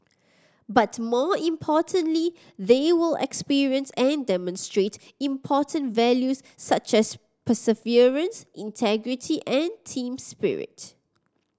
but more importantly they will experience and demonstrate important values such as perseverance integrity and team spirit